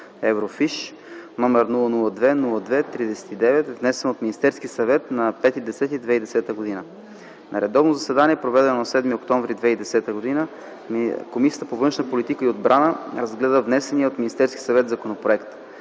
(Еврофиш), № 002-02-39, внесен от Министерския съвет на 5 октомври 2010 г. На редовно заседание, проведено на 7 октомври 2010 г., Комисията по външна политика и отбрана разгледа внесения от Министерския съвет законопроект.